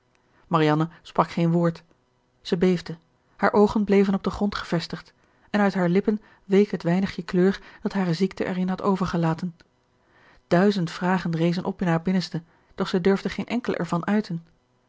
marianne sprak geen woord zij beefde hare oogen bleven op den grond gevestigd en uit hare lippen week het weinigje kleur dat hare ziekte erin had overgelaten duizend vragen rezen op in haar binnenste doch zij durfde geene enkele ervan uiten